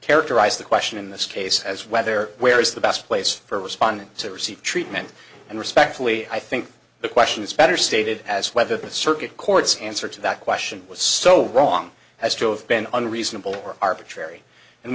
characterize the question in this case as whether where is the best place for responding to receive treatment and respectfully i think the question is better stated as whether the circuit court's answer to that question was so wrong has to have been unreasonable or arbitrary and